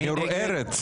מי נגד?